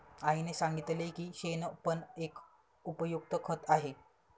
आईने सांगितले की शेण पण एक उपयुक्त खत आहे